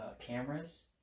cameras